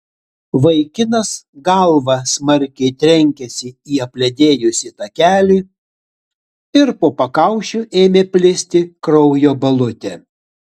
vaikinas galva smarkiai trenkėsi į apledėjusį takelį ir po pakaušiu ėmė plisti kraujo balutė